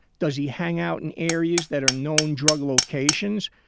does he hang out in areas that are known drug locations?